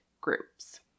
groups